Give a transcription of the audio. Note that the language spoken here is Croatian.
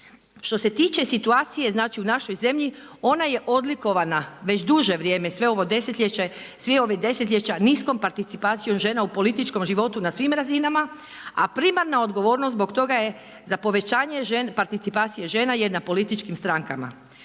Što se tiče situacije znači u našoj zemlji ona je odlikovana već duže vrijeme sve ovo desetljeće, svih ovih desetljeća niskom participacijom žena u političkom životu na svim razinama, a primarna odgovornost zbog toga je za povećanje participacije žena je na političkim strankama.